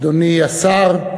אדוני השר,